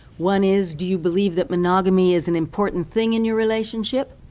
one is do you believe that monogamy is an important thing in your relationship?